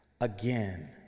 again